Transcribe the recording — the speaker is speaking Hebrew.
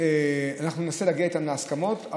אנחנו ננסה להגיע איתם להסכמות,